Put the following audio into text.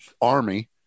army